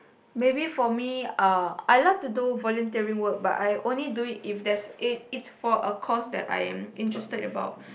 maybe for me uh I love to do volunteering work but I only do it if there's if it's for a cause I am interested about